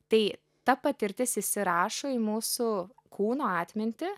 tai ta patirtis įsirašo į mūsų kūno atmintį